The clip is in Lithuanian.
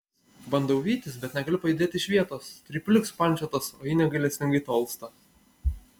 bandau vytis bet negaliu pajudėti iš vietos trypiu lyg supančiotas o ji negailestingai tolsta